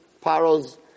Paros